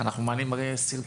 אני מראה סרטונים,